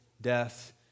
death